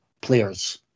players